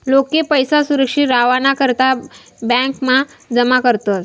लोके पैसा सुरक्षित रावाना करता ब्यांकमा जमा करतस